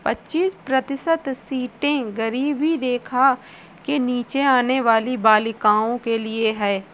पच्चीस प्रतिशत सीटें गरीबी रेखा के नीचे आने वाली बालिकाओं के लिए है